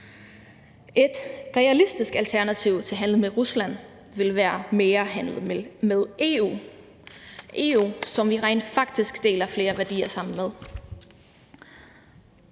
Et realistisk alternativ til handel med Rusland ville være mere handel med EU – EU, som vi rent faktisk deler flere værdier med.